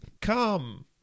Come